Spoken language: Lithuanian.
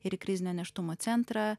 ir krizinio nėštumo centrą